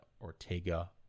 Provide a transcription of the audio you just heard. Ortega